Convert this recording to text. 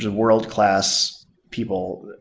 world-class people.